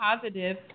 positive